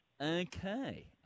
Okay